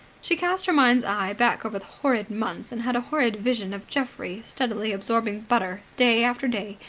she cast her mind's eye back over the horrid months and had a horrid vision of geoffrey steadily absorbing butter, day after day,